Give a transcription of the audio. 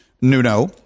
Nuno